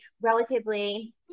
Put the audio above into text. relatively